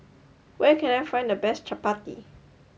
where can I find the best Chapati